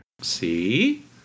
See